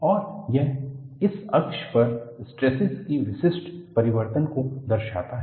और यह इस अक्ष पर स्ट्रेसस की विशिष्ट परिवर्तन को दर्शाता है